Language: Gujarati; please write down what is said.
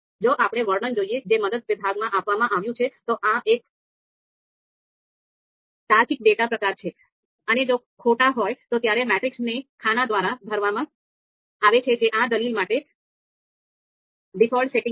જો આપણે વર્ણન જોઈએ જે મદદ વિભાગમાં આપવામાં આવ્યું છે તો આ એક તાર્કિક ડેટા પ્રકાર છે અને જો ખોટા હોય તો ત્યારે મેટ્રિક્સને ખાના દ્વારા ભરવામાં આવે છે જે આ દલીલ માટે ડિફોલ્ટ સેટિંગ છે